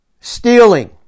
Stealing